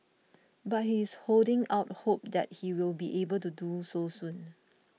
but he is holding out hope that he will be able to do so soon